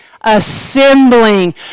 Assembling